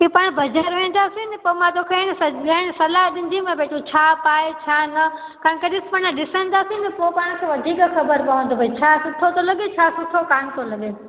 कि पाण बाज़ारि वेंदासीं न त मां तोखे आहे न सज ऐं सलाहु ॾिंदी मैं भई तू छा पाए छा न काण की ॾिसु पाण ॾिसंदासीं न पोइ पाण खे वधीक ख़बर पवंदो भाई छा सुठो थो लॻे छा सुठो कोनि थो लॻे